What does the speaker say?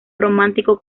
románico